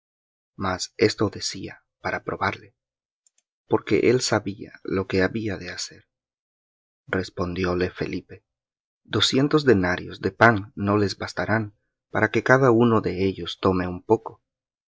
mas esto decía para probarle porque él sabía lo que había de hacer respondióle felipe doscientos denarios de pan no les bastarán para que cada uno de ellos tome un poco